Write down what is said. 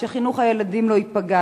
כדי שחינוך הילדים לא ייפגע,